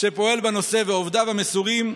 שפועל בנושא, ולעובדיו המסורים.